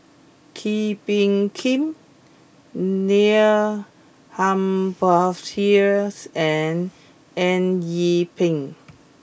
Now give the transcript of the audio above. Kee Bee Khim Neil Humphreys and Eng Yee Peng